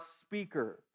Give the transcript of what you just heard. speaker